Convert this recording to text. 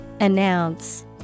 Announce